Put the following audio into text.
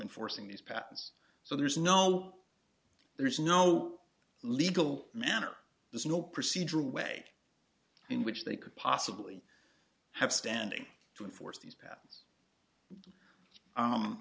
enforcing these patterns so there's no there is no legal manner there's no procedural way in which they could possibly have standing to enforce these that